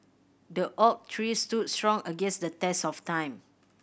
the oak tree stood strong against the test of time